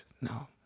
no